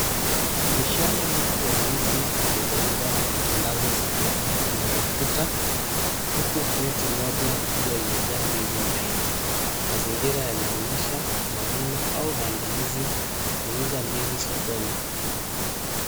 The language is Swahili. Mishale mingi ya ndizi zilizoiva zimetandazwa sakafuni kando ya ukuta huku kreti moja, ikiwa imejaa ndizi mbele. Mazingira yanaonyesha mavuno au maandalizi ya kuuza ndizi sokoni.